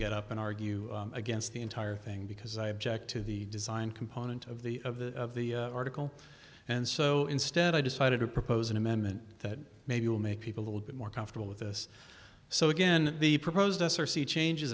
get up and argue against the entire thing because i object to the design component of the of the article and so instead i decided to propose an amendment that maybe will make people little bit more comfortable with this so again the proposed s r c changes